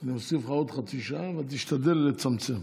אני אוסיף לך עוד חצי שעה, אבל תשתדל לצמצם.